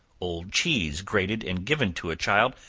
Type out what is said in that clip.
old cheese grated and given to a child,